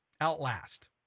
Outlast